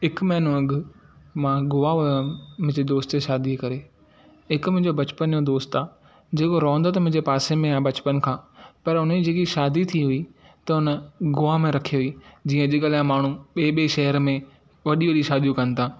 हिक महीनो अॻु मां गोआ वियो हुयमि मुंहिंजे दोस्त जी शादीअ करे हिक मुंहिंजो बचपन जो दोस्तु आहे जो रहंदो त मुंहिंजे पासे में आहे बचपन खां पर उन जेकी शादी थी त उन गोआ में रखी जीअं अॼकल्ह आहे माण्हूं ॿिए ॿिए शहर में वॾी वॾी शादियूं कनि था